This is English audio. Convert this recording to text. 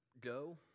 go